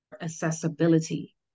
accessibility